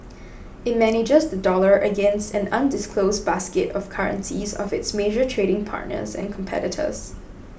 it manages the dollar against an undisclosed basket of currencies of its major trading partners and competitors